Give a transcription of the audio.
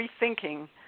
rethinking